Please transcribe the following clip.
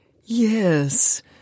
Yes